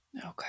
Okay